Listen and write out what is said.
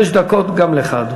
אדוני, חמש דקות גם לך.